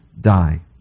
die